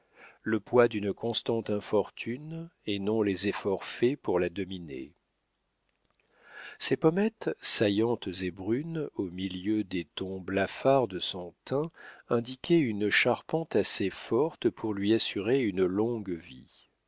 le poids d'une constante infortune et non les efforts faits pour la dominer ses pommettes saillantes et brunes au milieu des tons blafards de son teint indiquaient une charpente assez forte pour lui assurer une longue vie